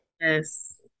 yes